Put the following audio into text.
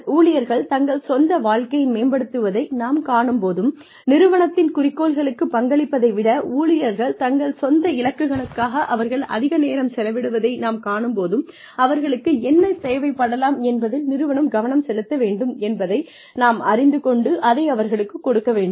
ஊழியர்கள் தங்கள் சொந்த வாழ்க்கையை மேம்படுத்துவதை நாம் காணும்போதும் நிறுவனத்தின் குறிக்கோள்களுக்கு பங்களிப்பதை விட ஊழியர்கள் தங்கள் சொந்த இலக்குகளுக்காக அவர்கள் அதிக நேரம் செலவிடுவதை நாம் காணும் போதும் அவர்களுக்கு என்ன தேவைப்படலாம் என்பதில் நிறுவனம் கவனம் செலுத்த வேண்டும் என்பதை நாம் அறிந்து கொண்டு அதை அவர்களுக்கு கொடுக்க வேண்டும்